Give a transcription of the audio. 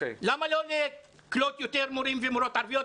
למה לא לקלוט יותר מורים ומורות ערביות?